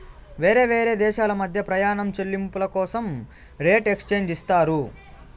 వేరే దేశాల మధ్య ప్రయాణం చెల్లింపుల కోసం రేట్ ఎక్స్చేంజ్ చేస్తారు